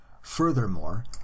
Furthermore